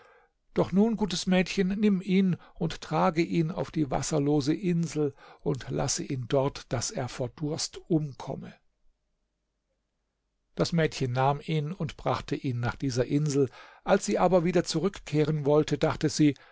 doch nun gutes mädchen nimm ihn und trage ihn auf die wasserlose insel und lasse ihn dort daß er vor durst umkomme das mädchen nahm ihn und brachte ihn nach dieser insel als sie aber wieder zurückkehren wollte dachte sie